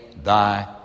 Thy